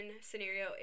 scenario